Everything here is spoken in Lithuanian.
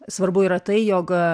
svarbu yra tai jog